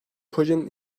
projenin